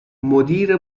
مدیر